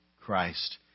Christ